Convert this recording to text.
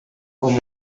como